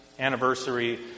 anniversary